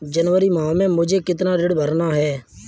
जनवरी माह में मुझे कितना ऋण भरना है?